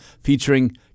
featuring